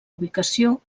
ubicació